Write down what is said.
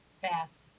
fast